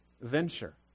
venture